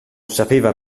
sapeva